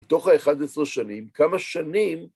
בתוך ה-11 שנים, כמה שנים...